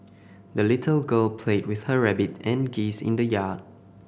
the little girl played with her rabbit and geese in the yard